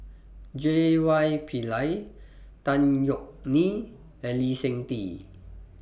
J Y Pillay Tan Yeok Nee and Lee Seng Tee